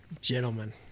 Gentlemen